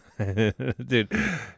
Dude